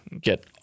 Get